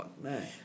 Man